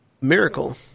Miracle